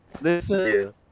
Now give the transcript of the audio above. Listen